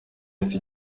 iminsi